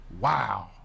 Wow